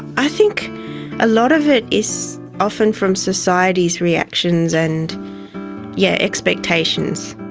i think a lot of it is often from society's reactions and yeah expectations.